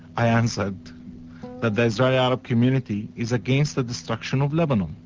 i answered that the israeli arab community is against the destruction of lebanon,